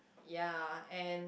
ya and